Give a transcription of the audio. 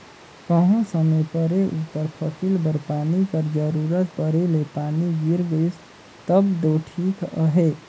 कहों समे परे उपर फसिल बर पानी कर जरूरत परे ले पानी गिर गइस तब दो ठीक अहे